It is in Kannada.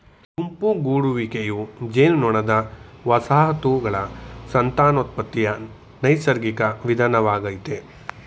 ಗುಂಪು ಗೂಡುವಿಕೆಯು ಜೇನುನೊಣದ ವಸಾಹತುಗಳ ಸಂತಾನೋತ್ಪತ್ತಿಯ ನೈಸರ್ಗಿಕ ವಿಧಾನವಾಗಯ್ತೆ